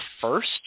first